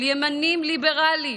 של ימנים ליברליים,